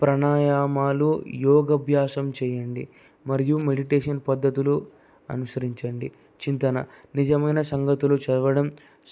ప్రాణాయమాలు యోగాబ్యాసం చేయండి మరియు మెడిటేషన్ పద్ధతులు అనుసరించండి చింతన నిజమైన సంగతులు చదవడం